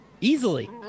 easily